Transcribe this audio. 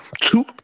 two